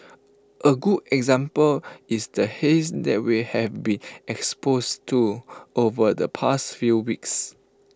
A good example is the haze that we have been exposed to over the past few weeks